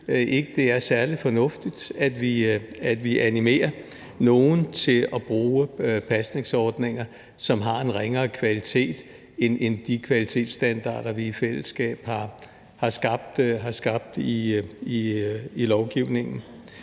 det er særlig fornuftigt, at vi animerer nogen til at bruge pasningsordninger, som har en ringere kvalitet end de kvalitetsstandarder, vi i fællesskab har skabt i lovgivningen.